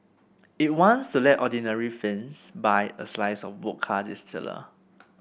it wants to let ordinary Finns buy a slice of vodka distiller